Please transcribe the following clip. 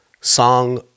song